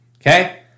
okay